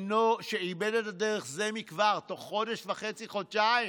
שאיבד את הדרך זה מכבר, תוך חודש וחצי, חודשיים.